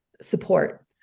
support